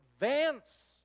advance